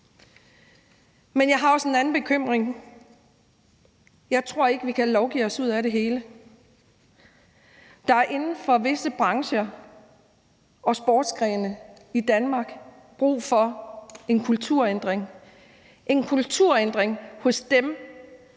det. Jeg har også en anden bekymring. Jeg tror ikke, at vi kan lovgive os ud af det hele. Der er inden for visse brancher og sportsgrene i Danmark brug for en kulturændring – en kulturændring hos dem,